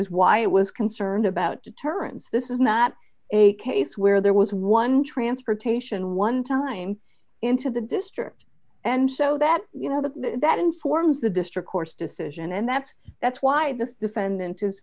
is why it was concerned about deterrence this is not a case where there was one transportation one time into the district and so that you know that that informs the district court's decision and that's that's why this defendant is